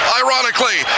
ironically